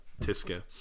Tiska